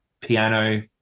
piano